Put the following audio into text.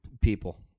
people